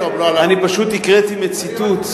אני פשוט הקראתי מציטוט.